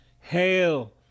Hail